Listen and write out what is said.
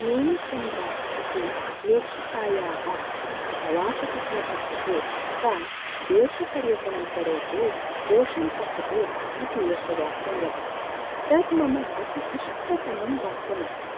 नेमिचन्द्रा इति लेखिकायाः प्रवासकथनपुस्तके सा देशपर्यटनं करोतु कोशं पठतु इति एकवाक्यं वदति तत् मम अति इष्टतमं वाक्यम् अस्ति